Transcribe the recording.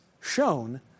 shown